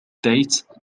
date